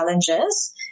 challenges